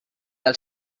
del